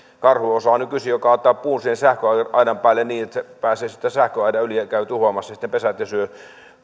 karhu osaa nykyisin jo kaataa puun sähköaidan päälle niin että se pääsee sitten sähköaidan yli ja käy tuhoamassa pesät ja syö